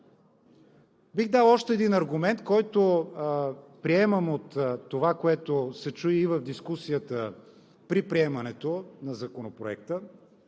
Бих дал още един аргумент, който приемам от това, което се чу и в дискусията при приемането на Законопроекта